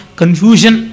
confusion